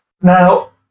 Now